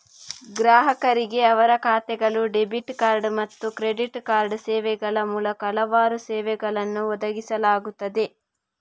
ಗ್ರಾಹಕರಿಗೆ ಅವರ ಖಾತೆಗಳು, ಡೆಬಿಟ್ ಕಾರ್ಡ್ ಮತ್ತು ಕ್ರೆಡಿಟ್ ಕಾರ್ಡ್ ಸೇವೆಗಳ ಮೂಲಕ ಹಲವಾರು ಸೇವೆಗಳನ್ನು ಒದಗಿಸಲಾಗುತ್ತಿದೆ